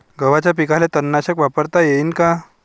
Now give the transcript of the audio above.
गव्हाच्या पिकाले तननाशक वापरता येईन का?